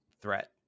threat